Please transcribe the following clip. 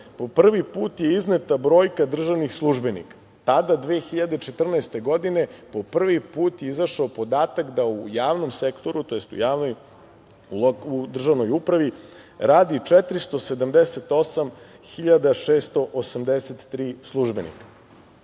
po prvi put je izneta brojka državnih službenika. Tada 2014. godine po prvi put je izašao podatak da u javnom sektoru, tj. u državnoj upravi radi 478.683 službenika.